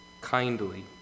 kindly